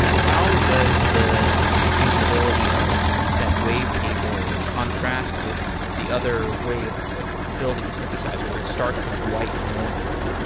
how does the usability of that wave table contrast with the other wave of building a synthesizer where it starts with white noise?